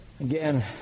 again